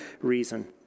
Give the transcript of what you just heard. reason